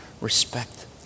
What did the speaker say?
respect